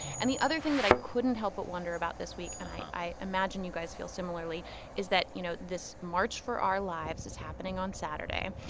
and the other thing that i couldn't help but wonder about this week and i imagine you guys feel similarly is that, you know, this march for our lives is happening on saturday.